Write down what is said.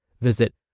Visit